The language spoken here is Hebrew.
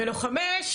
ולוחמי האש,